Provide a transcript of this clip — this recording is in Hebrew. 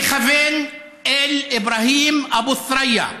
שמכוון אל אברהים אבו ת'וריא,